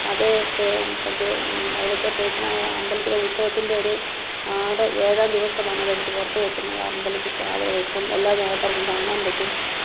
അത് പ്ര പ്രത്യേകം അവിടുത്തെ പെരുനാ അമ്പലത്തിലെ ഉത്സവത്തിൻ്റെ ഒരു ആറ് ഏഴാം ദിവസമാണ് അത് എടുത്ത് പുറത്ത് വെക്കുന്നത് അമ്പലത്തിൽ അവിടെ വെക്കും എല്ലാ ആൾക്കാർക്കും കാണാൻ പറ്റും